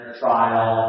trial